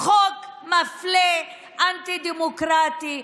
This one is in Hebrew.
חוק מפלה, אנטי-דמוקרטי.